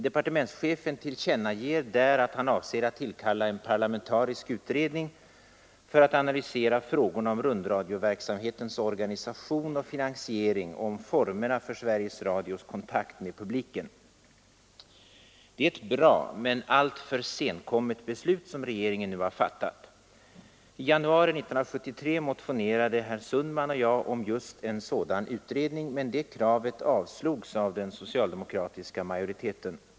Departementschefen tillkännager där att han avser att tillkalla en parlamentarisk utredning för att analysera frågorna om rundradioverksamhetens organisation och finansiering och om formerna för Sveriges Radios kontakt med publiken. Det är ett bra men alltför senkommet beslut som regeringen nu har fattat. I januari 1973 motionerade herr Sundman och jag om just en sådan utredning, men det kravet avslogs av den socialdemokratiska majoriteten.